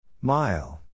Mile